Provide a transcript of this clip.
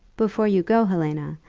before you go, helena,